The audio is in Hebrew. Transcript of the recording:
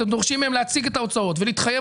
אתם דורשים מהם להציג את ההוצאות ולהתחייב